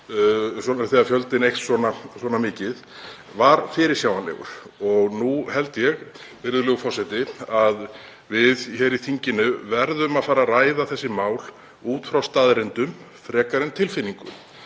þegar fjöldinn eykst svona mikið, var fyrirsjáanleg. Nú held ég, virðulegur forseti, að við hér í þinginu verðum að fara að ræða þessi mál út frá staðreyndum frekar en tilfinningu